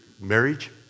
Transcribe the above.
Marriage